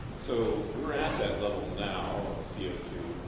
so, we're at that level now c ah